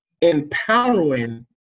empowering